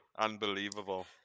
Unbelievable